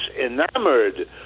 enamored